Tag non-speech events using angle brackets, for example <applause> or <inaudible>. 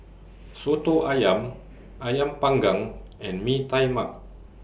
<noise> Soto Ayam Ayam Panggang and Mee Tai Mak